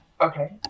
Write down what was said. Okay